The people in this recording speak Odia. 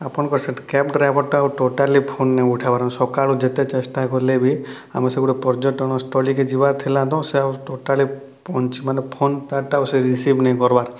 ଆପଣ୍ଙ୍କର୍ ସେ କ୍ୟାବ୍ ଡ୍ରାଇଭର୍ ଟା ଟୋଟାଲି ଫୋନ୍ ନାଇ ଉଠାବାର୍ ସକାଲୁ ଯେତେ ଚେଷ୍ଟା କଲେ ବି ଆମେ ସେ ଗୁଟେ ପର୍ଯ୍ୟଟନ୍ ସ୍ଥଳି କେ ଯିବାର୍ ଥିଲା ତ ସେ ଆଉ ଟୋଟାଲି ମାନେ ଫୋନ୍ ତା'ର୍ଟା ଆଉ ସେ ରିସିଭ୍ ନାଇ କର୍ବାର୍